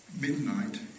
midnight